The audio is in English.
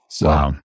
Wow